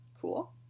cool